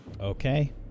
Okay